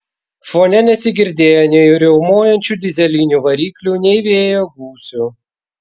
fone nesigirdėjo nei riaumojančių dyzelinių variklių nei vėjo gūsių